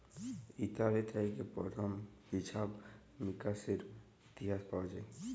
Italy থেক্যে প্রথম হিছাব মিকাশের ইতিহাস পাওয়া যায়